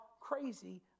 crazy